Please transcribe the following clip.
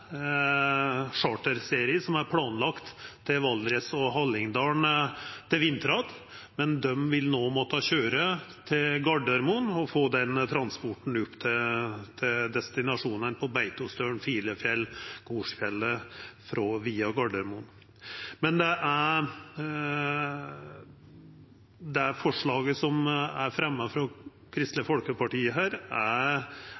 Leirin. Det er planlagt ein charterserie til Valdres og Hallingdal til vinteren, men dei vil no måtta køyra til Gardermoen og få transport opp til destinasjonane på Beitostølen, Filefjell og Golsfjellet. Det forslaget som er fremja frå Kristeleg